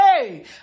Hey